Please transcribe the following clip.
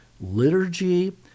liturgy